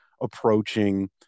approaching